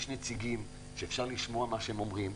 יש נציגים שאפשר לשמוע מה שהם אומרים.